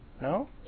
No